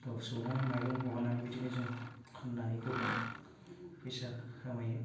मिलाव सौनानै माइरं दिहुननानै बिदिनो फाननानै जों गोबां फैसा खामायो